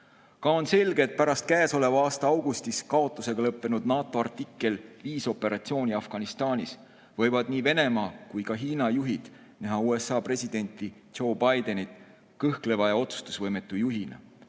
Ka on selge, et pärast [eelmise] aasta augustis kaotusega lõppenud NATO artikkel 5 operatsiooni Afganistanis võivad nii Venemaa kui ka Hiina juhid näha USA presidenti Joe Bidenit kõhkleva ja otsustusvõimetu juhina.